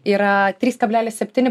yra trys kablelis septyni